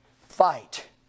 fight